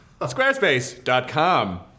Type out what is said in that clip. Squarespace.com